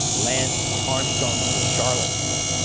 lance armstrong is a charlatan,